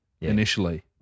initially